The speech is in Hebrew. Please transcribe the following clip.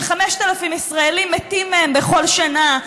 ש-5,000 ישראלים מתים מהם בכל שנה,